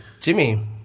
Jimmy